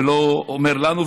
ולא אומר לנו,